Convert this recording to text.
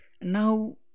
Now